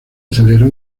aceleró